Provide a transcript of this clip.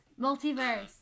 Multiverse